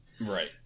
Right